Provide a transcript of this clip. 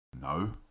No